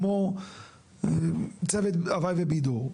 כמו צוות הווי ובידור.